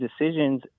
decisions